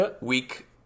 week